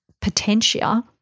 potential